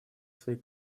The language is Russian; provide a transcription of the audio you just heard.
свои